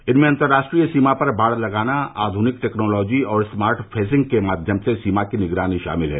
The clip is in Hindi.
इनमें अंतर्राष्ट्रीय सीमा पर बाड़ लगाना आधुनिक टेक्नोलॉजी और स्मार्ट फूंसिंग के माध्यम से सीमा की निगरानी शामिल हैं